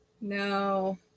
no